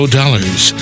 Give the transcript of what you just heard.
dollars